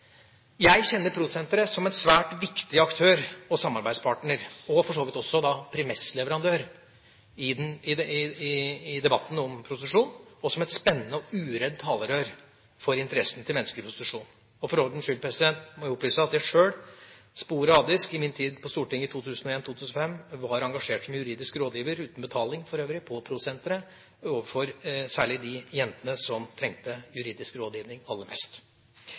Jeg kjenner PRO Sentret som en svært viktig aktør og samarbeidspartner, og for så vidt også som premissleverandør i debatten om prostitusjon, og som et spennende og uredd talerør for interessene til mennesker i prostitusjon. For ordens skyld må jeg opplyse at jeg sjøl sporadisk i min tid på Stortinget i 2001–2005 var engasjert som juridisk rådgiver – uten betaling, for øvrig – på PRO Sentret, særlig overfor de jentene som trengte juridisk rådgivning aller mest.